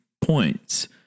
points